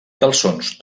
calçons